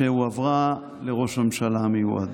שהועברה לראש הממשלה המיועד: